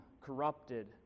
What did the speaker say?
corrupted